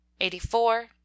eighty-four